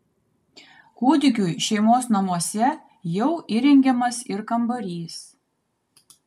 kūdikiui šeimos namuose jau įrengiamas ir kambarys